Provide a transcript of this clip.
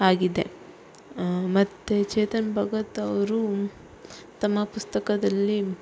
ಆಗಿದೆ ಮತ್ತೆ ಚೇತನ್ ಭಗತ್ ಅವರು ತಮ್ಮ ಪುಸ್ತಕದಲ್ಲಿ